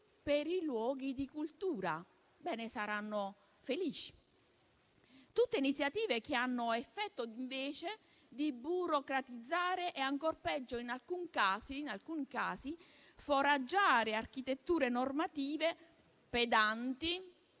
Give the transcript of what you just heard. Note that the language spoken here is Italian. per i luoghi di cultura: bene, ne saranno felici. Sono tutte iniziative che hanno l'effetto invece di burocratizzare e, ancor peggio, in alcuni casi, di foraggiare architetture normative pedanti